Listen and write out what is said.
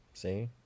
See